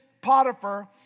Potiphar